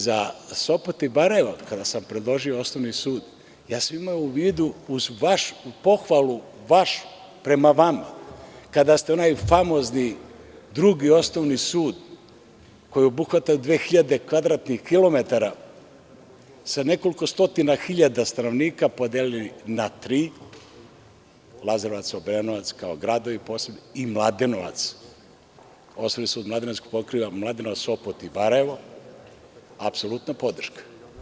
Za Sopot i Barajevo, kada sam predložio osnovni sud, imao sam u vidu uz vašu pohvalu, baš prema vama, kada ste onaj famozni Drugi osnovni sud koji je obuhvatao 2.000 kvadratnih kilometara sa nekoliko stotina hiljada stanovnika podelili na tri, Lazarevac, Obrenovac, kao gradovi i Mladenovac, Osnovni sud u Mladenovcu koji pokriva Mladenovac, Sopot i Barajevo, apsolutna podrška.